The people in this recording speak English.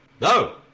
No